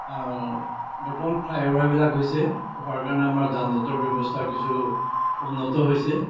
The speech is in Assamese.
বৰ্তমান ফ্লাইঅভাৰবিলাক হৈছে হোৱাৰ কাৰণে আমাৰ যানযঁটৰ ব্য়ৱস্থা কিছু উন্নত হৈছে